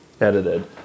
edited